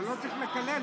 לא צריך לקלל,